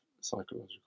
psychological